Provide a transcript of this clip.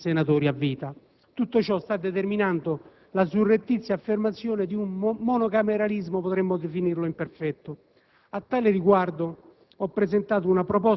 e dal ruolo determinante assunto dai senatori a vita. Tutto ciò sta determinando la surrettizia affermazione di un monocameralismo che potremmo definire imperfetto.